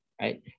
right